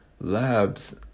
labs